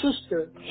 sister